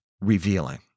revealing